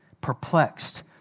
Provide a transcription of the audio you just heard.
perplexed